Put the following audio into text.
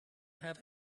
have